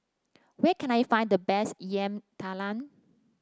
where can I find the best Yam Talam